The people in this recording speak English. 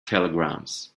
telegrams